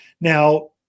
Now